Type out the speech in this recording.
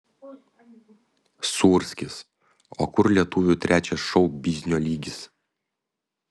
sūrskis o kur lietuvių trečias šou biznio lygis